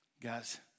guys